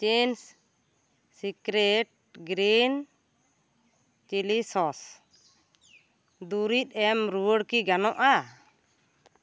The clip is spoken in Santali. Ching's secret green chilli sauce ᱫᱩᱨᱤᱫ ᱮᱢ ᱨᱩᱭᱟᱹᱲ ᱠᱤ ᱜᱟᱱᱚᱜᱼᱟ